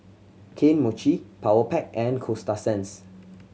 Kane Mochi Powerpac and Coasta Sands